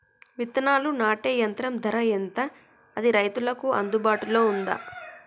విత్తనాలు నాటే యంత్రం ధర ఎంత అది రైతులకు అందుబాటులో ఉందా?